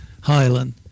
Highland